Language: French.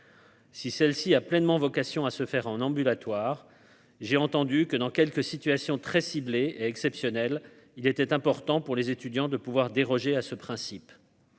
Si celle-ci a pleinement vocation à se faire en ambulatoire, j'ai entendu que dans quelques situations très ciblée exceptionnel, il était important pour les étudiants de pouvoir déroger à ce principe.